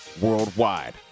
Worldwide